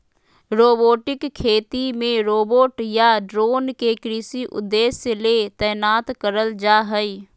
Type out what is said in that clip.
robotic खेती मे robot या ड्रोन के कृषि उद्देश्य ले तैनात करल जा हई